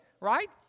right